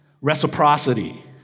reciprocity